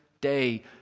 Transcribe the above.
day